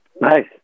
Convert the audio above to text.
Nice